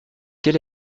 quel